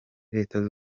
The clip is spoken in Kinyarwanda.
leta